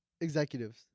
Executives